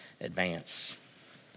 advance